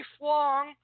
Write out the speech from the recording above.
lifelong